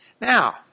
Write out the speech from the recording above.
Now